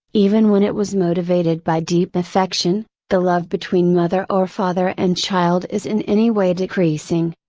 even when it was motivated by deep affection, the love between mother or father and child is in any way decreasing.